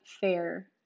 fair